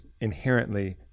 inherently